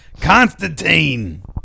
Constantine